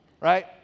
right